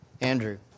Andrew